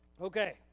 Okay